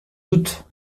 doute